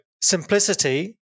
simplicity